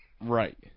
right